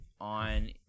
on